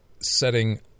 setting